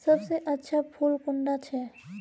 सबसे अच्छा फुल कुंडा छै?